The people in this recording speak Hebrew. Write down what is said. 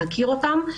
להכיר אותם,